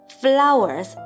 Flowers